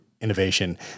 innovation